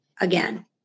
again